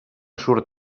surt